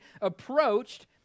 approached